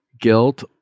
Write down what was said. guilt